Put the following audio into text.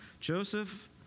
joseph